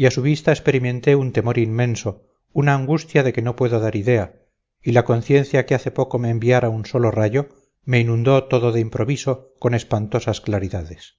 y a su vista experimenté un temor inmenso una angustia de que no puedo dar idea y la conciencia que hace poco me enviara un solo rayo me inundó todo de improviso con espantosas claridades